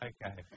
Okay